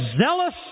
zealous